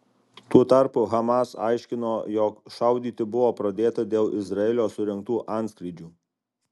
tuo tarpu hamas aiškino jog šaudyti buvo pradėta dėl izraelio surengtų antskrydžių